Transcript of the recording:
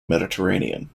mediterranean